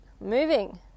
moving